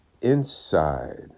inside